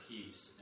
Peace